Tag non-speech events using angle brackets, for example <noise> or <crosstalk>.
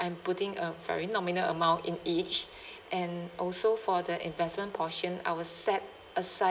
and putting a very nominal amount in each <breath> and also for the investment portion I will set aside